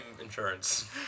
insurance